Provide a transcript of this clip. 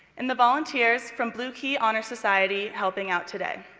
and the volunteers from blue key honor society helping out today.